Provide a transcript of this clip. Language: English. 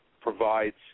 provides